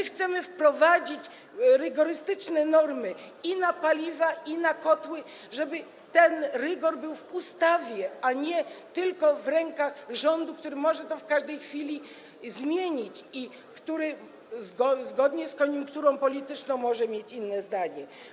Chcemy wprowadzić rygorystyczne normy i na paliwa, i na kotły, żeby ten rygor był w ustawie, a nie tylko w rękach rządu, który może to w każdej chwili zmienić i który zgodnie z koniunkturą polityczną może mieć inne zdanie.